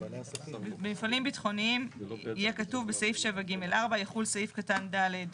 בסעיף 7ג4 יחול סעיף קטן (ד)